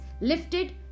lifted